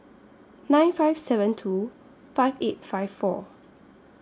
nine five seven two five eight five four